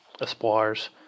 espoirs